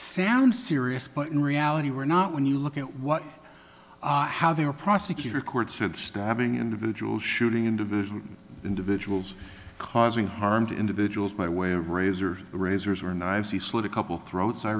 sound serious but in reality were not when you look at what how they were prosecutor courts or the stabbing individual shooting individual individuals causing harm to individuals by way of razors razors or knives he slid a couple throats i